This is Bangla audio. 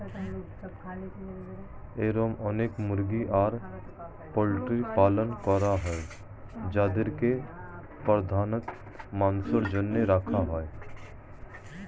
এরম অনেক মুরগি আর পোল্ট্রির পালন করা হয় যাদেরকে প্রধানত মাংসের জন্য রাখা হয়